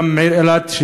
גם העיר אילת,